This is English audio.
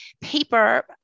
paper